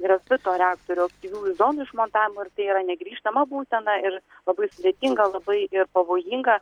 grafito reaktorių aktyviųjų zonų išmontavimo ir tai yra negrįžtama būsena ir labai sudėtinga labai pavojinga